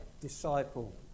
disciple